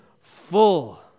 full